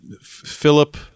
Philip